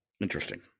interesting